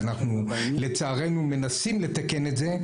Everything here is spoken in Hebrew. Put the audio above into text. ואנחנו לצערנו מנסים לתקן את זה,